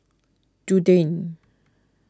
Dundee